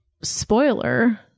spoiler